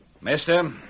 Mister